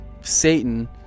Satan